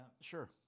Sure